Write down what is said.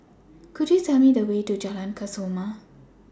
Could YOU Tell Me The Way to Jalan Kesoma